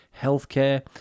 healthcare